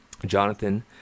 Jonathan